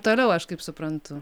toliau aš kaip suprantu